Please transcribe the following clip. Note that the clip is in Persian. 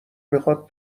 میخواد